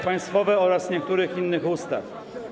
państwowe oraz niektórych innych ustaw.